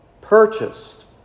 purchased